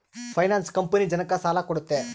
finance company ಜನಕ್ಕ ಸಾಲ ಕೊಡುತ್ತೆ